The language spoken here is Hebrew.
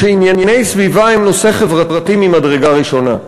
הוא שענייני סביבה הם נושא חברתי ממדרגה ראשונה.